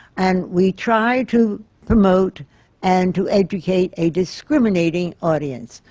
and we try to promote and to educate a discriminating audience.